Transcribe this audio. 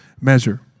measure